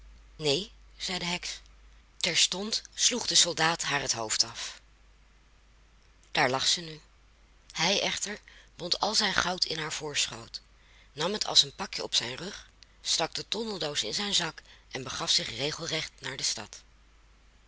neen zei de heks terstond sloeg de soldaat haar het hoofd af daar lag zij nu hij echter bond al zijn goud in haar voorschoot nam het als een pakje op zijn rug stak de tondeldoos in zijn zak en begaf zich regelrecht naar de stad